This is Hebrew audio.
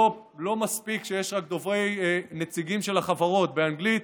לא מספיק שיש רק נציגים של החברות באנגלית,